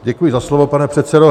Děkuji za slovo, pane předsedo.